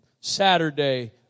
Saturday